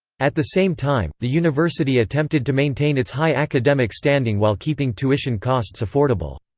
at the same time, the university attempted to maintain its high academic standing while keeping tuition costs affordable.